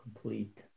complete